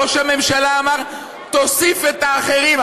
ראש הממשלה אמר: תוסיף את האחרים.